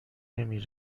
نمی